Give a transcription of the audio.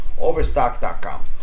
overstock.com